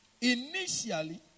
Initially